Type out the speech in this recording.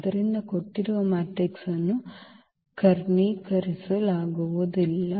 ಆದ್ದರಿಂದ ಕೊಟ್ಟಿರುವ ಮ್ಯಾಟ್ರಿಕ್ಸ್ ಅನ್ನು ಕರ್ಣೀಕರಿಸಲಾಗುವುದಿಲ್ಲ